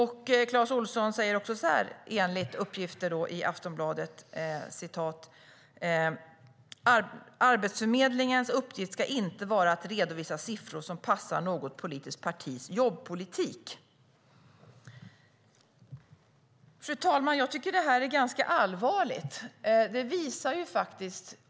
Clas Olsson säger också, enligt uppgifter i Aftonbladet, att "Arbetsförmedlingens uppgift ska inte vara att redovisa siffror som passar något politiskt partis jobbpolitik". Fru talman! Jag tycker att det här är ganska allvarligt.